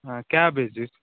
ಹಾಂ ಕ್ಯಾಬೇಜು